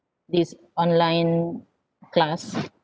this online class